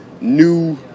new